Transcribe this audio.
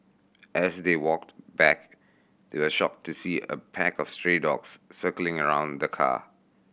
as they walked back they were shocked to see a pack of stray dogs circling around the car